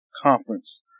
conference